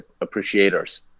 appreciators